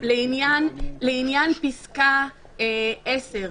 לעניין פסקה (10),